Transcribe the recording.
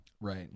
Right